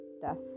death